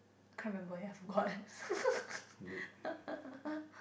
I can't remember ya I forgot